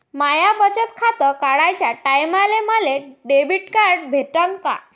माय बचत खातं काढाच्या टायमाले मले डेबिट कार्ड भेटन का?